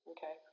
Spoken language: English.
Okay